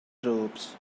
troops